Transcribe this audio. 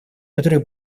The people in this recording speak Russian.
которые